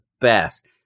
best